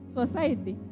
society